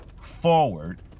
Forward